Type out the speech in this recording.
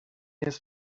jest